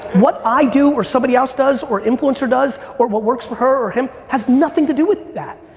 what i do, or somebody else does, or influencer does, or what works for her or him has nothing to do with that,